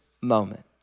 moment